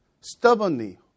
stubbornly